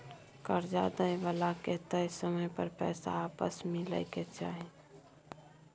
कर्जा दइ बला के तय समय पर पैसा आपस मिलइ के चाही